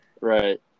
Right